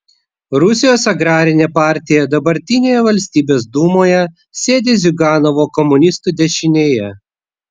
rusijos agrarinė partija dabartinėje valstybės dūmoje sėdi ziuganovo komunistų dešinėje